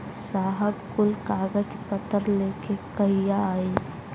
साहब कुल कागज पतर लेके कहिया आई?